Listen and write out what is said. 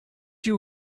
you